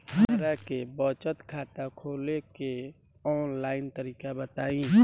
हमरा के बचत खाता खोले के आन लाइन तरीका बताईं?